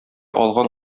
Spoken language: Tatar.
алган